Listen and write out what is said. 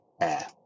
air